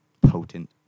potent